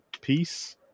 Peace